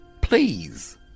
Please